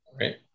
Right